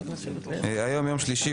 היום יום שלישי,